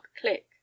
click